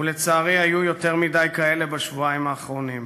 ולצערי, היו יותר מדי כאלה בשבועיים האחרונים.